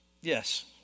Yes